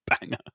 banger